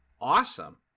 awesome